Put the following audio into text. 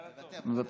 מוותר,